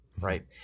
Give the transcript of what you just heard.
right